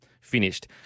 finished